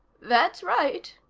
that's right,